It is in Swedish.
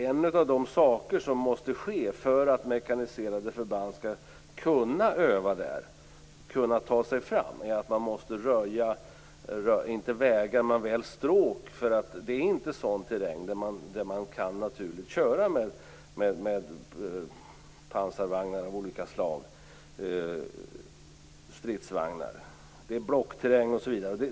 En av de saker som måste till för att mekaniserade förband skall kunna öva där och ta sig fram är att man måste röja - inte vägar, men väl stråk. Nu är där inte en sådan terräng att man kan köra naturligt med pansarvagnar av olika slag och stridsvagnar. Där finns bl.a. blockterräng.